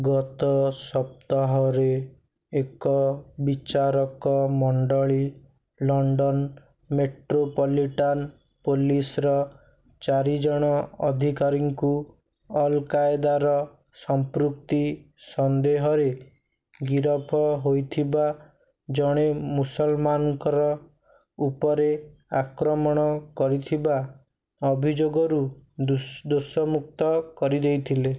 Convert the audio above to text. ଗତ ସପ୍ତାହରେ ଏକ ବିଚାରକ ମଣ୍ଡଳୀ ଲଣ୍ଡନ ମେଟ୍ରୋପଲିଟାନ ପୋଲିସର ଚାରିଜଣ ଅଧିକାରୀଙ୍କୁ ଅଲ୍କାଏଦାର ସମ୍ପୃକ୍ତି ସନ୍ଦେହରେ ଗିରଫ ହୋଇଥିବା ଜଣେ ମୁସଲମାନଙ୍କର ଉପରେ ଆକ୍ରମଣ କରିଥିବା ଅଭିଯୋଗରୁ ଦୋଷମୁକ୍ତ କରିଦେଇଥିଲେ